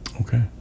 Okay